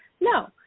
no